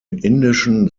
indischen